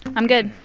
i'm good.